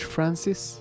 Francis